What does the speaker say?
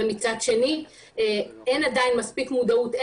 מצד שני אין עדיין מספיק מודעות.